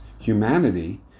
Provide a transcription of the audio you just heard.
humanity